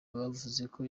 bavuzeko